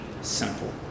simple